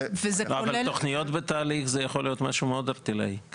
תוכניות בתהליך זה משהו שיכול להיות מאוד ערטילאי.